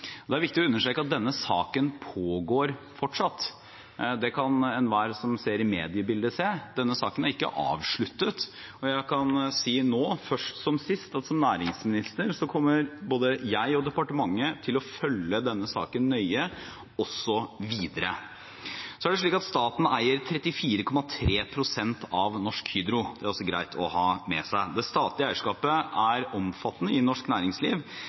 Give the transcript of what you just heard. Det er viktig å understreke at denne saken pågår fortsatt – det kan enhver som ser i mediebildet, se – denne saken er ikke avsluttet. Jeg kan si nå, først som sist, at som næringsminister kommer både jeg og departementet til å følge denne saken nøye, også videre. Staten eier 34,3 pst. av Norsk Hydro, også greit å ha med seg. Det statlige eierskapet er omfattende i norsk næringsliv,